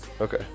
okay